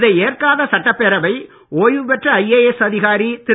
இதை ஏற்காத சட்டப் பேரவை ஓய்வு பெற்ற ஐஏஎஸ் அதிகாரி திரு